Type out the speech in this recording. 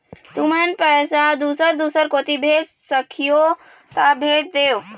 तुमन पैसा दूसर दूसर कोती भेज सखीहो ता भेज देवव?